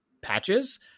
patches